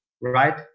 right